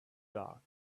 dark